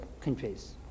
countries